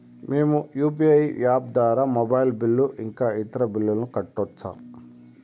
మేము UPI app ద్వారా mobile bill ఇంకా ఇతర బిల్లులను కట్టొచ్చు